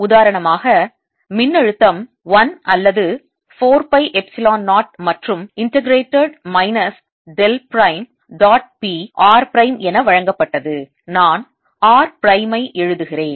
உதாரணமாக மின்னழுத்தம் 1 அல்லது 4 பை எப்சிலோன் 0 மற்றும் integrated minus del prime dot P r prime என வழங்கப்பட்டது நான் r பிரைமை எழுதுகிறேன்